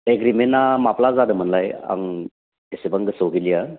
एग्रिमेन्टआ माब्ला जादोंमोनलाय आं एसेबां गोसोआव गैलिया